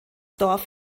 dorf